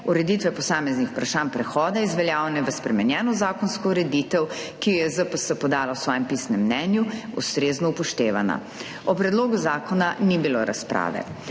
ureditve posameznih vprašanj prehoda iz veljavne v spremenjeno zakonsko ureditev, ki jo je ZPS podala v svojem pisnem mnenju, ustrezno upoštevana. O predlogu zakona ni bilo razprave.